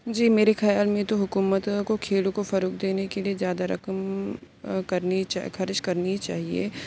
جی میرے خیال میں تو حکومت کو کھیلوں کو فروغ دینے کے لیے زیادہ رقم کرنی خرچ کرنی چاہیے